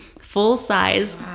full-size